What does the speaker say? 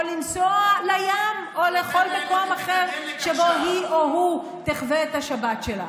או לנסוע לים או לכל מקום אחר שבו היא או הוא תחווה את השבת שלה.